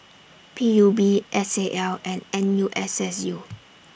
P U B S A L and N U S S U